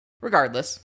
Regardless